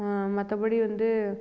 மற்றபடி வந்து